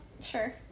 Sure